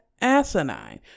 asinine